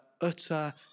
utter